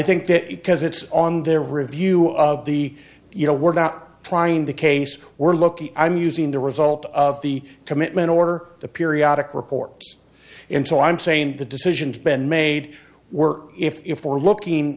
think that it because it's on their review of the you know we're not trying to case we're lucky i'm using the result of the commitment or the periodic reports and so i'm saying the decisions been made work if we're looking